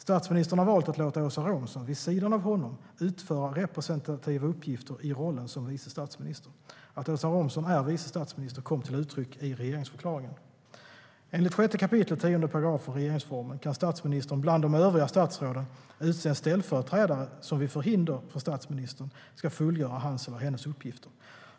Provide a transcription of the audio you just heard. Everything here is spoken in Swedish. Statsministern har valt att låta Åsa Romson, vid sidan av honom, utföra representativa uppgifter i rollen som vice statsminister. Att Åsa Romson är vice statsminister kom till uttryck i regeringsförklaringen. Enligt 6 kap. 10 § regeringsformen kan statsministern bland de övriga statsråden utse en ställföreträdare som vid förhinder för statsministern ska fullgöra hans eller hennes uppgifter.